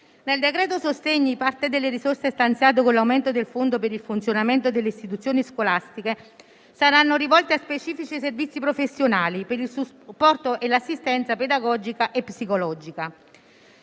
Nel decreto-legge sostegni parte delle risorse stanziate con l'aumento del fondo per il funzionamento delle istituzioni scolastiche sarà rivolta a specifici servizi professionali per il supporto e l'assistenza pedagogica e psicologica.